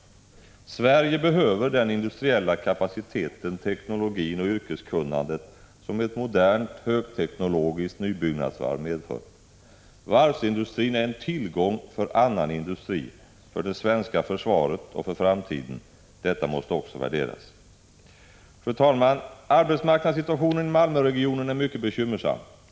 Sverige behöver den industriella kapacitet, den teknologi och det yrkeskunnande som ett modernt, högteknologiskt nybyggnadsvarv medför. Varvsindustrin är en tillgång för annan industri, för det svenska försvaret och för framtiden. Detta måste också värderas. Fru talman! Arbetsmarknadssituationen i Malmöregionen är mycket bekymmersam.